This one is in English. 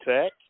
Tech